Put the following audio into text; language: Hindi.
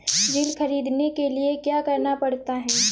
ऋण ख़रीदने के लिए क्या करना पड़ता है?